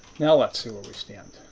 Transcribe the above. now let's see where we stand.